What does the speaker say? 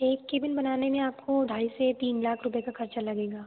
एक केबिन बनाने में आपको ढाई से तीन लाख रुपए का खर्चा लगेगा